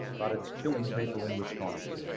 but it's killing people in wisconsin.